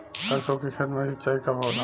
सरसों के खेत मे सिंचाई कब होला?